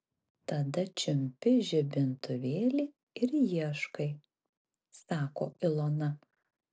tada čiumpi žibintuvėlį ir ieškai sako ilona